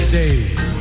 days